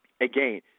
again